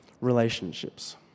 relationships